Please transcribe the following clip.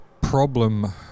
problem